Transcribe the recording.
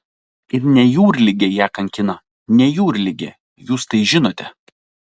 ir ne jūrligė ją kankina ne jūrligė jūs tai žinote